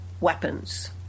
weapons